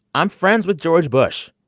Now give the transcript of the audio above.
i'm friends with george bush.